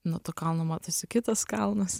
nuo to kalno matosi kitas kalnas